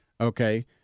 Okay